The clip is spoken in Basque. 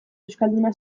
euskalduna